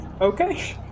Okay